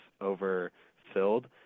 overfilled